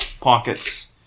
pockets